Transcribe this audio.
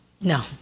No